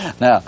Now